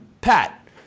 Pat